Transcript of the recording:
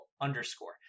underscore